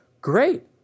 Great